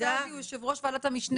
חבר הכנסת סעדי הוא יושב ראש ועדת המשנה.